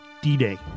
D-Day